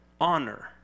honor